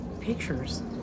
pictures